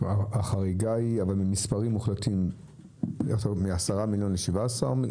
החריגה במספרים מוחלטים מ-10 מיליארד ל-17?